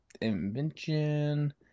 invention